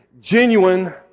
genuine